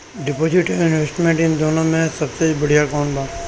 Deposit and investment इन दुनो मे से सबसे बड़िया कौन बा?